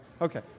Okay